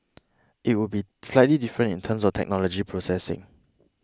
it would be slightly different in terms of technology processing